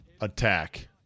attack